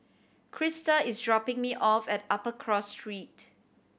Krista is dropping me off at Upper Cross Street